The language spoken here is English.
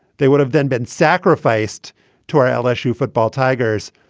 they would have then been sacrificed to our lsu football tigers.